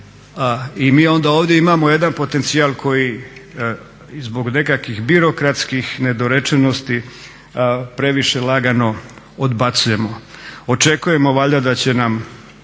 I mi onda ovdje imamo jedan potencijal koji i zbog nekakvih birokratskih nedorečenosti previše lagano odbacujemo. Očekujemo valjda da će nam